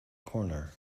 corner